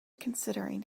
considering